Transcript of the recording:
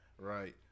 Right